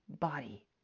body